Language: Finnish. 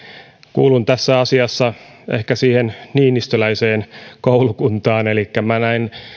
kuulun tässä asiassa ehkä niinistöläiseen koulukuntaan elikkä minä näen